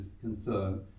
concern